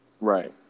Right